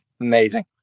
Amazing